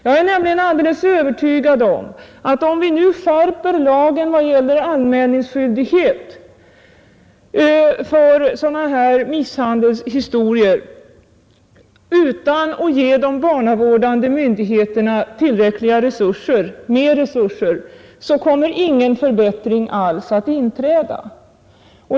Jag är nämligen alldeles övertygad om att ifall vi nu skärper lagen vad gäller anmälningsskyldighet för sådana här misshandelshistorier utan att ge de barnavårdande myndigheterna tillräckliga resurser — dvs. mer resurser — kommer ingen förbättring alls att inträda.